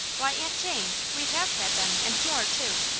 why, aunt jane! we have had them and more, too.